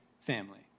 family